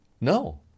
No